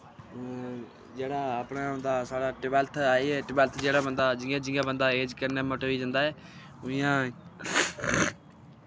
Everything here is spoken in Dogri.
जेह्ड़ा अपना होंदा साढ़ा टवैल्थ टवैल्थ जेह्ड़ा बंदा जियां जियां एज कन्नै मठोई जंदा ऐ उ'यां